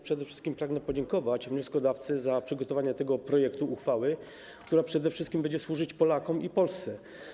Przede wszystkim pragnę podziękować wnioskodawcy za przygotowanie tego projektu uchwały, która będzie służyć Polakom i Polsce.